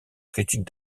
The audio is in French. critique